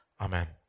Amen